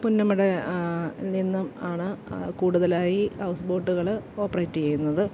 പുന്നമടയിൽ നിന്നും ആണ് കൂടുതലായി ഹൗസ്ബോട്ടുകൾ ഓപ്പറേറ്റ് ചെയ്യുന്നത്